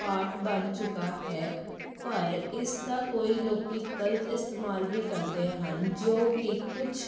part ਬਣ ਚੁੱਕਾ ਹੈ ਪਰ ਇਸ ਦਾ ਕਈ ਲੋਕ ਗਲਤ ਇਸਤੇਮਾਲ ਵੀ ਕਰਦੇ ਹਨ ਜੋ ਕਿ ਕੁਝ